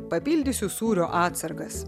papildysiu sūrio atsargas